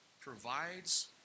provides